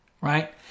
right